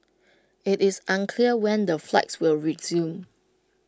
IT is unclear when the flights will resume